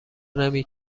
نمی